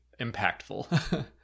impactful